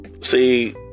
See